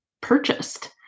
purchased